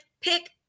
pick